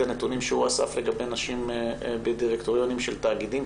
הנתונים שהוא אסף לגבי נשים בדירקטוריונים של תאגידים,